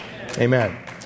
Amen